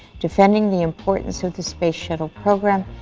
defending the importance of the space shuttle program,